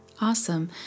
Awesome